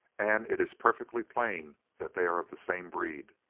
and it is perfectly plain that they are of the same breed.